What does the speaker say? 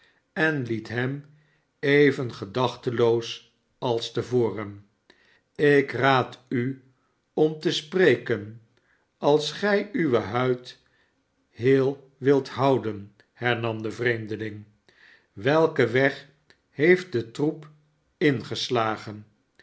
en liet hem even gedachteloos als te voren ik raad u om te spreken als gij uwe huid heel wilt houden hernam de vreemdeling welken weg heeft de troep ingeslagen